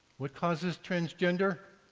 what causes transgender?